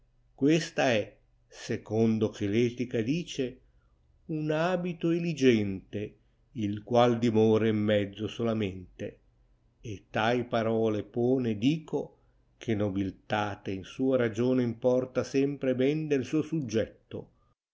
questa è secondo che v tica dice un abito cliente il qual dimora in mezzo solamente tai parole pone dico che nobiltate in sua ragione importa sempre ben del suo suggetto